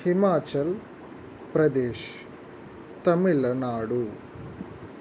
Himachal Pradesh Tamil Nadu